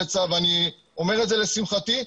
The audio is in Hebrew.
ואני אומר את זה לשמחתי,